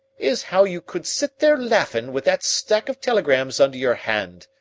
is how you could sit there laughin' with that stack of telegrams under your hand.